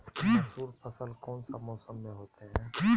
मसूर फसल कौन सा मौसम में होते हैं?